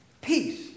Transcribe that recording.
peace